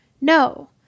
No